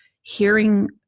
hearing